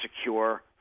secure